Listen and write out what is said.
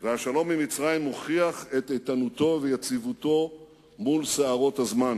והשלום עם מצרים הוכיח את איתנותו ויציבותו בסערות הזמן.